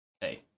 Hey